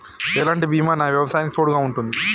ఎలాంటి బీమా నా వ్యవసాయానికి తోడుగా ఉంటుంది?